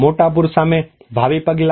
મોટા પૂર સામે ભાવિ પગલાં